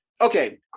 Okay